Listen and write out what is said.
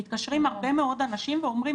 מתקשרים הרבה מאוד אנשים ואומרים,